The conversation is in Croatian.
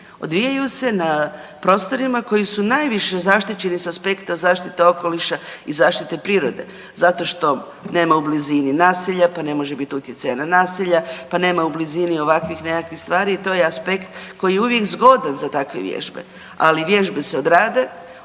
Odvijaju se na prostorima koji su najviše zaštićeni s aspekta zaštite okoliša i zaštite prirode, zato što nema u blizini naselja, pa ne može biti utjecaja na naselje, pa nema u blizini ovakvih nekakvih stvari i to je aspekt koji je uvijek zgodan za takve vježbe, ali vježbe se odrade,